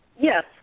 Yes